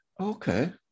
Okay